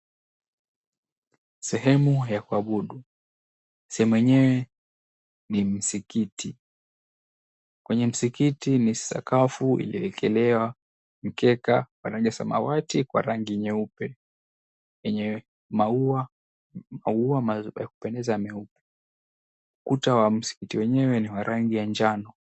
Sehemu ya kuabudu, sehemu yenyewe ni msikiti. Kwenye msikiti ni sakafu iliyoekelewa mkeka wa rangi ya samawati na rangi nyeupe. Yenye maua ya kupendeza meupe. Ukuta wa msikiti wenyewe ni wa rangi ya njano.